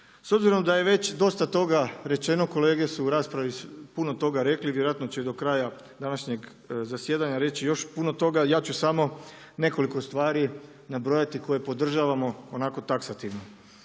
S obzirom da je već dosta toga rečeno kolege su u raspravi puno toga rekli, vjerojatno će i do kraja današnjeg zasjedanja reći još puno toga, ja ću samo nekoliko stvari nabrojati koje podržavamo onako taksativno.